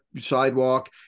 sidewalk